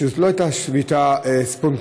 שזאת לא הייתה שביתה ספונטנית.